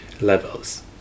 levels